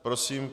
Prosím.